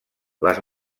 les